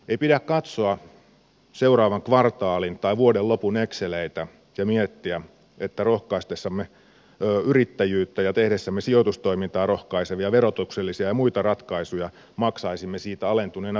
ei pidä katsoa seuraavan kvartaalin tai vuoden lopun exceleitä ja miettiä että rohkaistessamme yrittäjyyttä ja tehdessämme sijoitustoimintaa rohkaisevia verotuksellisia ja muita ratkaisuja maksaisimme siitä alentuneina verotuloina